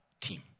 team